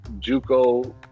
juco